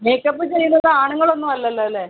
makeup ചെയ്യുന്നത് ആണുങ്ങളൊന്നും അല്ലല്ലോ അല്ലേ